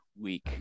Week